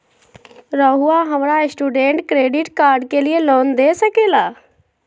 रहुआ हमरा student credit card के लिए लोन दे सके ला?